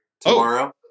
tomorrow